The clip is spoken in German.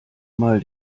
mal